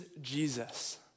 Jesus